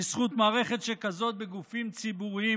בזכות מערכת כזאת בגופים ציבוריים,